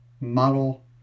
Model